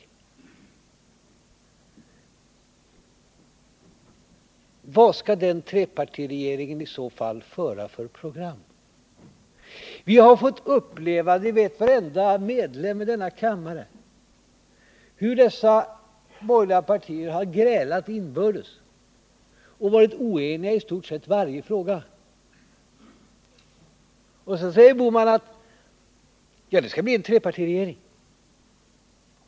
51 Vad skall den trepartiregeringen i så fall föra för program? Vi har fått uppleva — det vet varenda ledamot av denna kammare — hur de borgerliga partierna har grälat inbördes och varit oeniga i stort sett i varje fråga. Sedan säger herr Bohman: Ja, det skall bli en trepartiregering.